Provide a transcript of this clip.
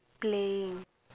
playing